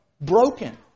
broken